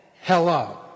Hello